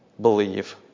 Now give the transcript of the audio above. Believe